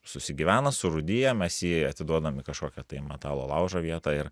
susigyvena surūdija mes jį atiduodam į kažkokią tai metalo laužo vietą ir